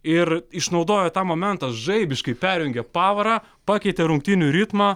ir išnaudojo tą momentą žaibiškai perjungė pavarą pakeitė rungtynių ritmą